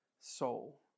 soul